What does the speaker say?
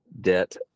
debt